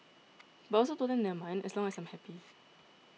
but I also told them never mind as long as I am happy